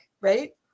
right